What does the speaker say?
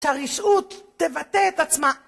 שהרשעות, תבטא את עצמה!